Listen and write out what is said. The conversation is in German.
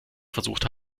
versucht